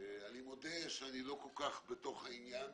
אני מודה שאני לא כל כך בתוך העניין,